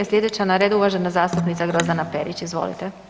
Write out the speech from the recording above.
Slijedeća na redu, uvažena zastupnica Grozdana Perić, izvolite.